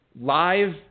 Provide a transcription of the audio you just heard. live